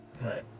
Right